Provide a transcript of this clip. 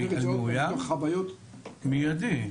מידי.